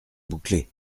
bouclés